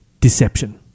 deception